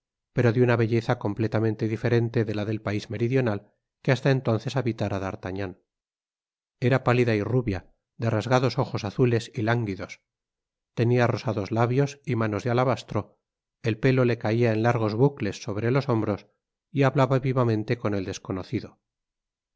pero de una belleza completamente diferente de la del pais meridional que hasta entonces habitára d'artagnan era pálida y rubia de rasgados ojos azules y lánguidos tenia rosados labios y manos de alabastro el pelo le caia en largos bucles sobre los hombros y hablaba vivamente con el desconocido